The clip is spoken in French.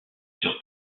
sur